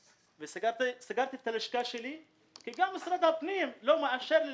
סגרתי את הלשכה שלי כי גם משרד הפנים לא מאשר לי